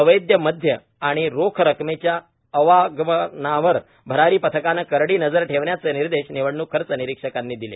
अवैध मदय व रोख रकमेच्या अवागमनावर भरारी पथकाने करडी जर ठेवण्याचे निर्देश निवडणूक खर्च निरिक्षकांनी दिले